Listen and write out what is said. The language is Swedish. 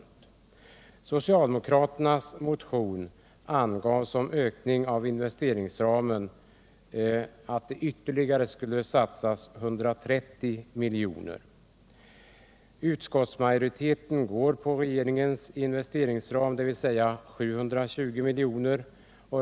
I socialdemokraternas motion krävs en ytterligare satsning på 130 milj.kr. Utskottsmajoriteten har emellertid accepterat den av regeringen föreslagna investeringsramen, dvs. 720 milj.kr.